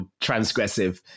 transgressive